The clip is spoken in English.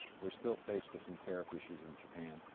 we're still faced with some tariff issues in japan.